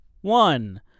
one